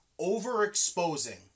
overexposing